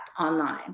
online